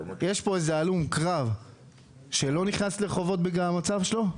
יש פה איזה הלום קרב שלא נכנס לחובות בגלל המצב שלו?